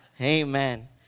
Amen